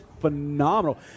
phenomenal